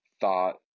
thought